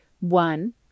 one